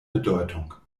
bedeutung